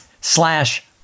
slash